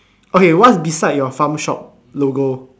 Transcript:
okay what's beside your farm shop logo